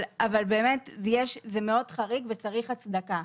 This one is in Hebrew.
אבל באמת זה מאוד חריג וצריך הצדקה.